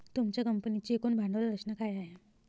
तुमच्या कंपनीची एकूण भांडवल रचना काय आहे?